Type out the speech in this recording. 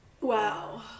wow